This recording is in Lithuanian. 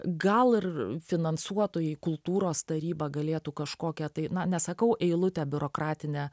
gal ir finansuotojai kultūros taryba galėtų kažkokią tai na nesakau eilutę biurokratinę